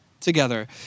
together